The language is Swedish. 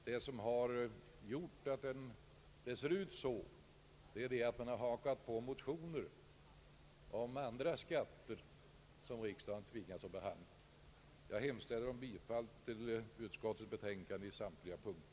Orsaken till att det ser ut som om den vore det är att man hakat på motioner om andra skatter, motioner som riksdagen tvingats behandla. Herr talman! Jag hemställer om bifall till utskottets betänkande i samtliga punkter.